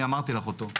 אני אמרתי לך אותו.